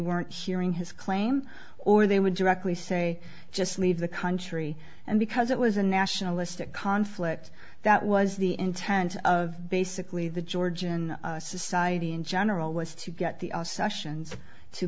weren't hearing his claim or they would directly say just leave the country and because it was a nationalistic conflict that was the intent of basically the georgian society in general was to get the sessions to